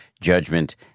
judgment